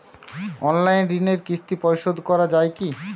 Online ঋণের কিস্তি পরিশোধ করা যায় কি?